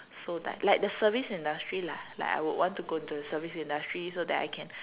so died like the service industry lah like I would want to go into the service industry so that I can